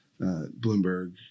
Bloomberg